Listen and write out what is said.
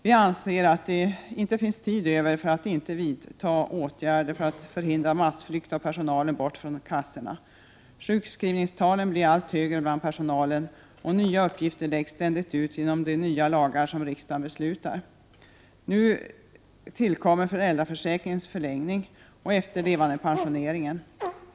Vi anser att det brådskar med att vidta åtgärder för att förhindra massflykt av personalen bort från kassorna. Sjukskrivningstalen blir allt högre bland personalen, och nya uppgifter läggs ständigt ut genom de nya lagar som riksdagen beslutar. Nu tillkommer föräldraförsäkringens förlängning och efterlevandepensioneringen.